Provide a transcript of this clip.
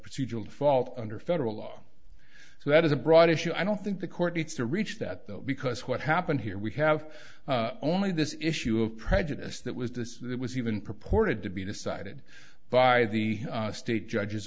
procedural fault under federal law so that is a broad issue i don't think the court needs to reach that though because what happened here we have only this issue of prejudice that was dismissed it was even purported to be decided by the state judge